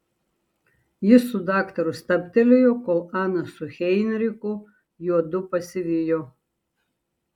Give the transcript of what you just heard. jis su daktaru stabtelėjo kol ana su heinrichu juodu pasivijo